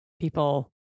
people